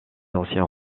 anciens